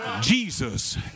Jesus